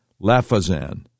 Lafazan